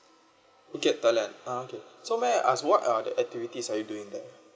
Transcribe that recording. phuket thailand ah okay so may I ask what are the activities are you doing there